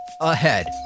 ahead